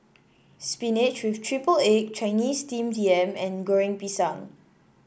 spinach with triple egg Chinese Steamed Yam and Goreng Pisang